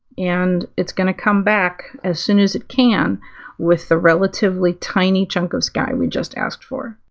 and it's going to come back as soon as it can with the relatively tiny chunk of sky we just asked for.